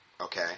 Okay